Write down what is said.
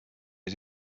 his